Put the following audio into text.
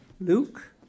Luke